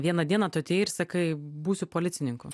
vieną dieną tu atėjai ir sakai būsiu policininku